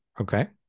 Okay